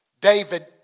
David